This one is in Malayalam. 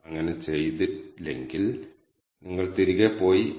ഇത് സ്ക്വയർ മൂല്യത്തിന്റെ ആകെത്തുകയാണ്